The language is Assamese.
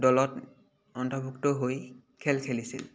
দলত অন্তৰ্ভুক্ত হৈ খেল খেলিছিল